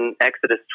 Exodus